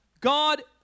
God